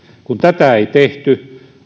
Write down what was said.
kun tätä ei tehty